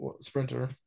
sprinter